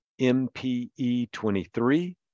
MPE23